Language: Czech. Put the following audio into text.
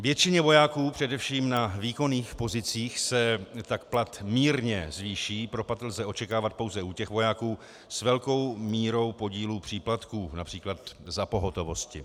Většině vojáků, především na výkonných pozicích, se tak plat mírně zvýší, propad lze očekávat pouze u vojáků s velkou mírou podílu příplatků, například za pohotovosti.